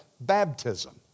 baptism